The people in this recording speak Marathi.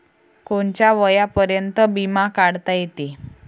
कोनच्या वयापर्यंत बिमा काढता येते?